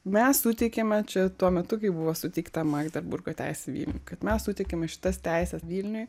mes suteikiame čia tuo metu kai buvo suteikta magdeburgo teisė vilniui kad mes suteikiame šitas teises vilniui